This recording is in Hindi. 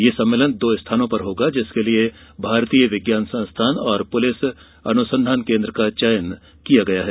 यह सम्मेलन दो स्थानों पर होगा जिसके लिए भारतीय विज्ञान संस्थान और पुलिस अनुसंधान केंद्र का चयन किया गया है